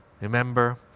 Remember